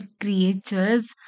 creatures